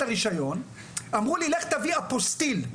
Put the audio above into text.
הרישיון ואמרו לי ללכת להביא אפוסטיל.